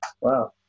Wow